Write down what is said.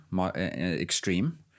extreme